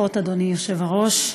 היושב-ראש.